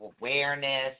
awareness